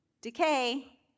Decay